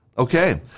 Okay